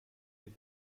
wird